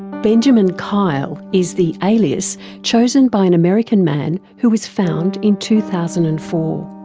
benjamin kyle is the alias chosen by an american man who was found in two thousand and four,